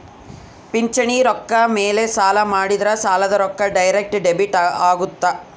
ಪಿಂಚಣಿ ರೊಕ್ಕ ಮೇಲೆ ಸಾಲ ಮಾಡಿದ್ರಾ ಸಾಲದ ರೊಕ್ಕ ಡೈರೆಕ್ಟ್ ಡೆಬಿಟ್ ಅಗುತ್ತ